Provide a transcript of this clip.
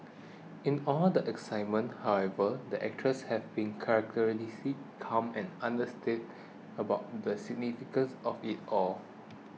in all the excitement however the actress have been characteristically calm and understated about the significance of it all